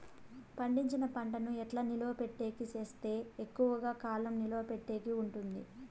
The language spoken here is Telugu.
పండించిన పంట ను ఎట్లా నిలువ పెట్టేకి సేస్తే ఎక్కువగా కాలం నిలువ పెట్టేకి ఉంటుంది?